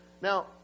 Now